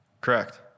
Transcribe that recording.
Correct